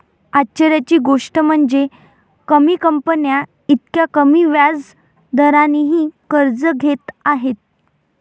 आश्चर्याची गोष्ट म्हणजे, कमी कंपन्या इतक्या कमी व्याज दरानेही कर्ज घेत आहेत